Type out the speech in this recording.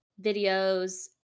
videos